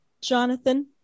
Jonathan